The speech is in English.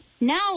Now